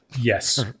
Yes